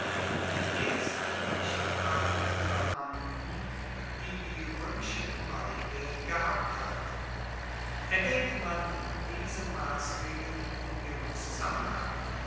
die ersten nichtadligen beamten die die roemische gemeinde gehabt hat erwaegt man diese massregeln in ihrem zusammenhang